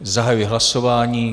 Zahajuji hlasování.